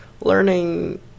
learning